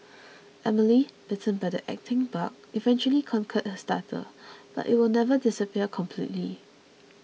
Emily bitten by the acting bug eventually conquered her stutter but it will never disappear completely